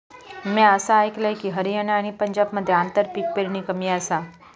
म्या असा आयकलंय की, हरियाणा आणि पंजाबमध्ये आंतरपीक पेरणी कमी आसा